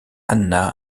anna